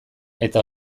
eta